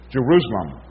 Jerusalem